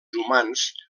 humans